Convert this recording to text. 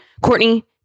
Courtney